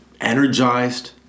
energized